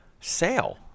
sale